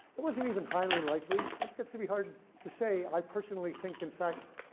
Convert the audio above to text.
it was even highly likely. that gets to be hard to say. i personally think, in fact,